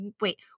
wait